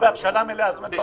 כן.